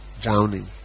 drowning